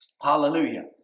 Hallelujah